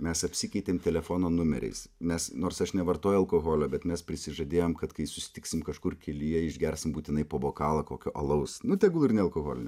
mes apsikeitėm telefono numeriais nes nors aš nevartoju alkoholio bet mes prisižadėjom kad kai susitiksim kažkur kelyje išgersim būtinai po bokalą kokio alaus nu tegul ir nealkoholinio